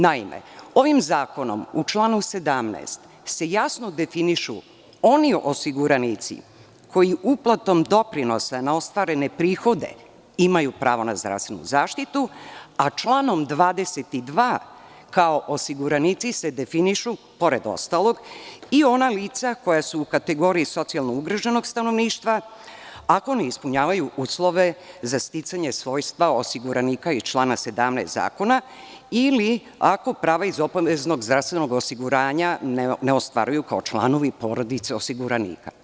Naime, ovim zakonom u članu 17. se jasno definišu oni osiguranici koji uplatom doprinosa na ostvarene prihode imaju pravo na zdravstvenu zaštitu, a članom 22. kao osiguranici se definišu, pored ostalog, i ona lica koja su u kategoriji socijalno ugroženog stanovništva ako ne ispunjavaju uslove za sticanje svojstva osiguranika iz člana 17. zakona ili ako prava iz obaveznog zdravstvenog osiguranja ne ostvaruju kao članovi porodice osiguranika.